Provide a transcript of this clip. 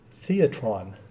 theatron